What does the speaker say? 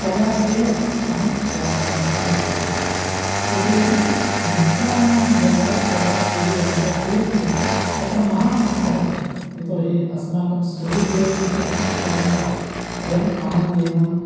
तदा एव अहं यात्रां कर्तुमिच्छामि यतो हि मित्राणां द्वारा यदा यदि यात्रा क्रियते तत्र महाण् आनन्दः भवति यतो हि अस्माकं सुहृद् भवति इत्यस्मात् कारणात् वयम् आनन्देन